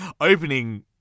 opening